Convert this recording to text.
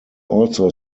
also